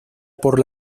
por